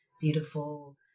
beautiful